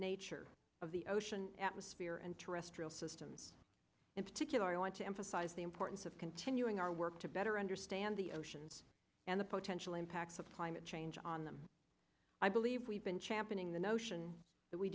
nature of the ocean atmosphere and terrestrial systems in particular want to emphasize the importance of continuing our work to better understand the oceans and the potential impacts of climate change on them i believe we've been championing the notion that we